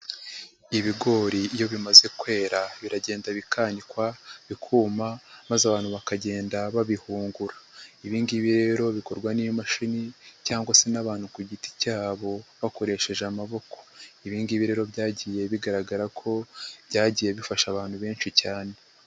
Ibigori iyo bimaze kwera, biragenda bikanikwa, bikuma maze abantu bakagenda babihungur. Ibi ngibi rero bikorwa n'iyo mashini cyangwa se n'abantu ku giti cyabo, bakoresheje amaboko. Ibi ngibi rero byagiye bigaragara ko byagiye bifasha abantu benshi cyane.